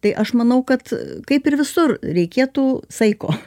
tai aš manau kad kaip ir visur reikėtų saiko